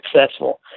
successful